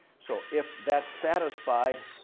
so, if that's satisfied,